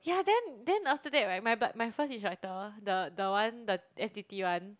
yeah then then after that right my but my first instructor the the one the f_t_t one